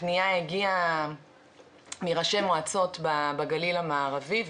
הפניה הגיעה מראשי מועצות בגליל המערבי,